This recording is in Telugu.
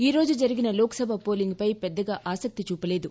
ఈరోజు జరిగిన లోక్ సభ పోలింగు పెద్దగా ఆసక్తి చూపలేదు